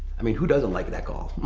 i mean, who doesn't like that call?